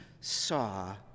saw